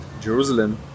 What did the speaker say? Jerusalem